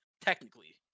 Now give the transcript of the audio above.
technically